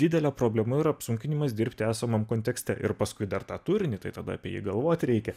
didelė problema ir apsunkinimas dirbti esamam kontekste ir paskui dar tą turinį tai tada apie jį galvoti reikia